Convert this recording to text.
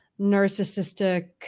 narcissistic